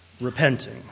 repenting